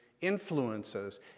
influences